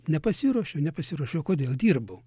nepasiruošiau nepasiruošiau o kodėl dirbau